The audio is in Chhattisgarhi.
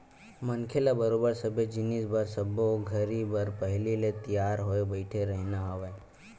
मनखे ल बरोबर सबे जिनिस बर सब्बो घरी बर पहिली ले तियार होय बइठे रहिना हवय